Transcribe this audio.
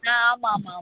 ஆ ஆமாம் ஆமாம் ஆமாம்